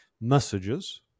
messages